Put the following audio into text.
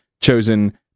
chosen